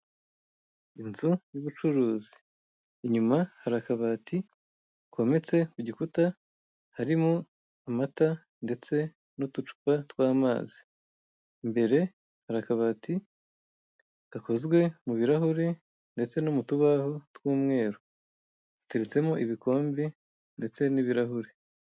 Inzu y'ubucuruzi, inyuma hari akabati kometse ku gikuta, karimo amata ndetse n'uducupa tw'amazi. Imbere hari akabati gakozwe mu birahure ndetse no mu tubaho tw'umweru. Hateretsemo ibikombe ndetse n'ibirahure.